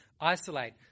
isolate